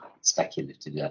speculative